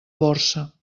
borsa